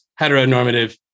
heteronormative